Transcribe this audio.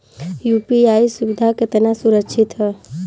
UPI सुविधा केतना सुरक्षित ह?